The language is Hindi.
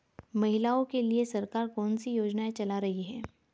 महिलाओं के लिए सरकार कौन सी योजनाएं चला रही है?